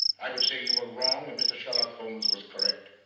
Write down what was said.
i would say you were wrong and mr. sherlock holmes was correct.